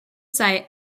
site